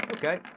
Okay